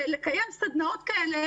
לקיים סדנאות כאלה